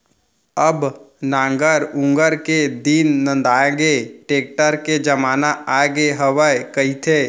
अब नांगर ऊंगर के दिन नंदागे, टेक्टर के जमाना आगे हवय कहिथें